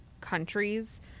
countries